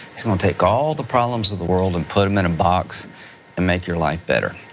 he's gonna take all the problems of the world and put them in a box and make your life better.